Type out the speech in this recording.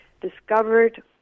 discovered